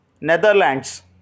Netherlands